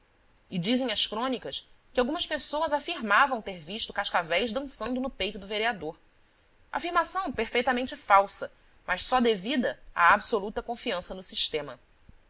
e dizem as crônicas que algumas pessoas afirmavam ter visto cascavéis dançando no peito do vereador afirmação perfeitamente falsa mas só devida à absoluta confiança no sistema